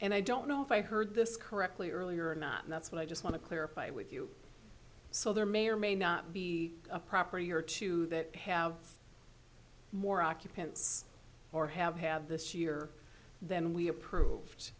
and i don't know if i heard this correctly earlier or not and that's what i just want to clarify with you so there may or may not be a property or two that have more occupants or have have this year than we approved